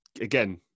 again